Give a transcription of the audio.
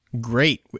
Great